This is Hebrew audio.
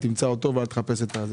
תמצא אותו ואל תחפש את האחרים,